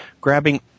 grabbing